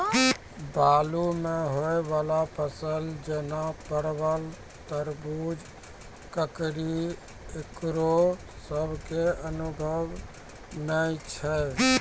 बालू मे होय वाला फसल जैना परबल, तरबूज, ककड़ी ईकरो सब के अनुभव नेय छै?